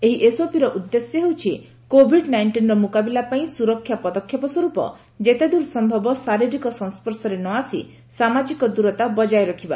ଏହି ଏସ୍ଓପିର ଉଦ୍ଦେଶ୍ୟ ହେଉଛି କୋଭିଡ ନାଇଷ୍ଟିନ୍ର ମୁକାବିଲା ପାଇଁ ସ୍ତରକ୍ଷା ପଦକ୍ଷେପ ସ୍ୱର୍ପ ଯେତେଦ୍ରର ସମ୍ଭବ ଶାରିରୀକ ସଂସର୍ଶରେ ନଆସି ସାମାଜିକ ଦୂରତା ବଜାୟ ରଖିବା